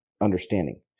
understanding